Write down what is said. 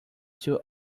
two